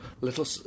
Little